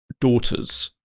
daughters